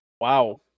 Wow